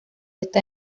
está